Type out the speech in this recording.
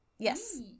Yes